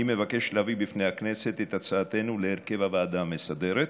אני מבקש להביא בפני הכנסת את הצעתנו להרכב הוועדה המסדרת.